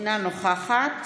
אינה נוכחת